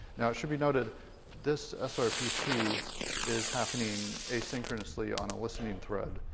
now, it should be noted this ah srpc is happening asynchronously on a listening thread.